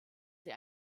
sie